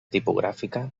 tipogràfica